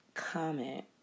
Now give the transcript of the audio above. comment